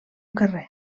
carrer